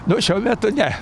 nu šiuo metu ne